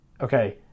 Okay